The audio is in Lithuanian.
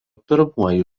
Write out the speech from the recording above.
pirmuoju